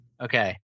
okay